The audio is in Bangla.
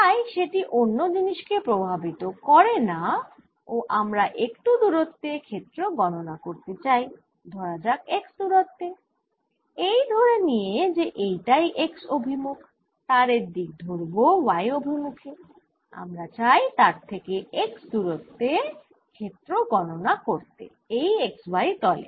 তাই সেটি অন্য জিনিষ কে প্রভাবিত করেনা ও আমরা একটু দুরত্বে ক্ষেত্র গণনা করতে চাই ধরা যাক x দুরত্বে এই ধরে নিয়ে যে এইটাই x অভিমুখ তারের দিক ধরব y অভিমুখে আমরা চাই তার থেকে x দুরত্বে ক্ষেত্র গণনা করতে এই x y তলে